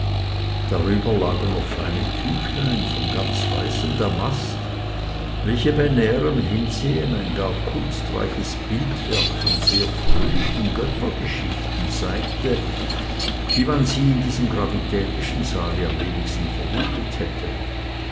darüber lagen noch feine tüchlein von ganz weißem damast welche bei näherm hinsehen ein gar kunstreiches bildwerk von sehr fröhlichen göttergeschichten zeigte wie man sie in diesem gravitätischen saale am wenigsten vermutet hätte